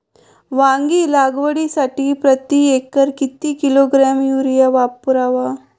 वांगी लागवडीसाठी प्रती एकर किती किलोग्रॅम युरिया वापरावा?